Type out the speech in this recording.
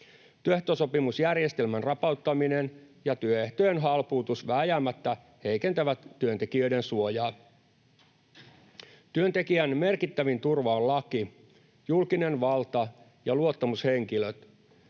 Työehtosopimusjärjestelmän rapauttaminen ja työehtojen halpuutus vääjäämättä heikentävät työntekijöiden suojaa. Työntekijän merkittävin turva on laki, julkinen valta ja luottamushenkilöt.